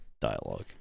dialogue